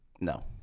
No